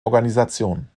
organisationen